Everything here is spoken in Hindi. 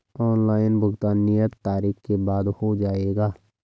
ऑनलाइन भुगतान नियत तारीख के बाद हो जाएगा?